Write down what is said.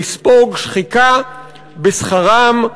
לספוג שחיקה בשכרם,